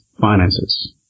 finances